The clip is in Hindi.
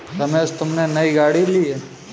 रमेश तुमने नई गाड़ी ली हैं